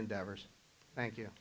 endeavors thank you